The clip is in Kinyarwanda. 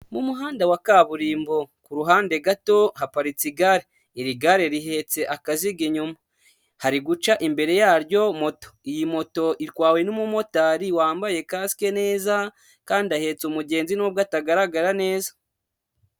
Mu muhanda wa kaburimbo ku ruhande gato haparitse igare, iri gare rihetse akazigo inyuma, hari guca imbere yaryo moto, iyi moto itwawe n'umumotari wambaye kasiki neza kandi ahetse umugenzi, nubwo atagaragara neza.